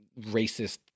racist